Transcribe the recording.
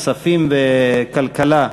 כספים וכלכלה,